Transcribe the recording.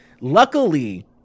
luckily